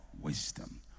wisdom